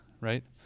right